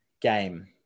game